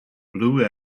blue